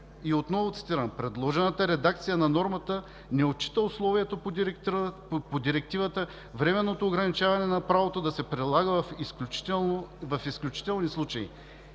Отново цитирам: „Предложената редакция на нормата не отчита условието по Директивата временното ограничаване на правото да се прилага в изключителни случаи.